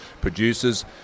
producers